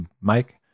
mike